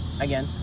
again